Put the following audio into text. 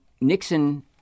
Nixon